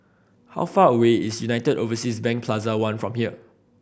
how far away is United Overseas Bank Plaza One from here